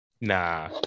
Nah